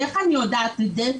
איך אני יודעת את זה?